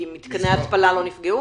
כי מתקני ההתפלה לא נפגעו?